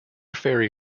ferry